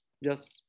yes